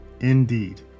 Indeed